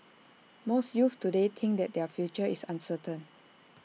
most youths today think that their future is uncertain